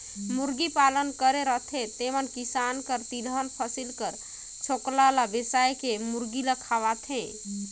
मुरगी पालन करे रहथें तेमन किसान कर तिलहन फसिल कर छोकला ल बेसाए के मुरगी ल खवाथें